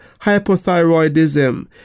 hypothyroidism